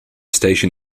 station